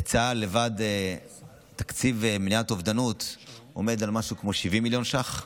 בצה"ל לבד תקציב מניעת אובדנות עומד על משהו כמו 70 מיליון שקלים,